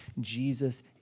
Jesus